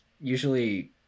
usually